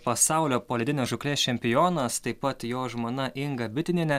pasaulio poledinės žūklės čempionas taip pat jo žmona inga bitinienė